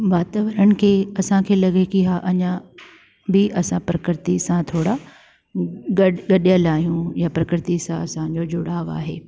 वातावरण खे असांखे लॻे की हा अञा बि असां प्रकृति सां थोरा गॾियल आहियूं या प्रकृति सां असांजो जुड़ाव आहे